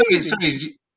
sorry